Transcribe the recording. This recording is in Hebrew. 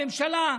הממשלה,